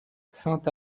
saint